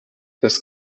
das